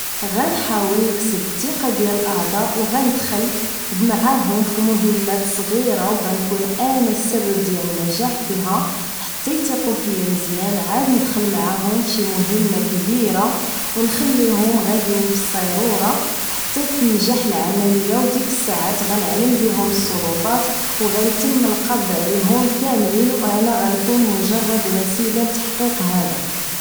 غنجاول نكسب التقة ديال الاعضاء و غندخل معاهم فمهمات صغيرة و غنكون انا السبب ديال النجاح فيها حتى يتيقو فيا مزيان عاد ندخل معاهم فشي مهمة كبيرة و نخليهم غادين في الصيرورة حتى تنجح العملية ديك الساعة غنعلم ليهم السلطات و غيتم القبض عليهم كاملين و انا غنكون مجرد وسيلة لتحقيق هذا